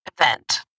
event